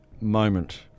moment